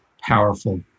powerful